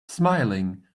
smiling